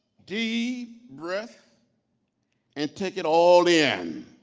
deep breath and take it all in.